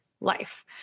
life